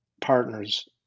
partners